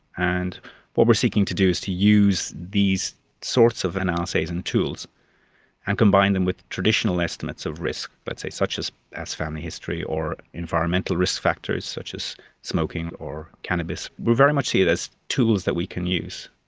and what we are seeking to do is to use these sorts of analyses and tools and combine them with traditional estimates of risk, let's say such as as family history or environmental risk factors such as smoking or cannabis. we very much see it as tools that we can use,